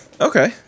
Okay